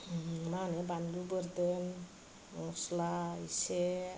मा होनो बानलु बोरदोन मस्ला इसे